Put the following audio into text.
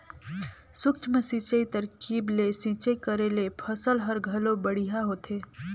सूक्ष्म सिंचई तरकीब ले सिंचई करे ले फसल हर घलो बड़िहा होथे